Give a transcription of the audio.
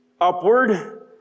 upward